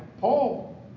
Paul